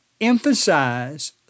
Emphasize